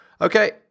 Okay